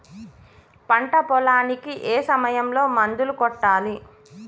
పంట పొలానికి ఏ సమయంలో మందులు కొట్టాలి?